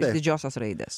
iš didžiosios raidės